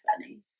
funny